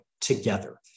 together